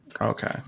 Okay